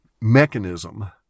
mechanism